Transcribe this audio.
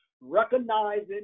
recognizing